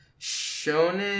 Shonen